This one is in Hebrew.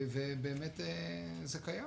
זה קיים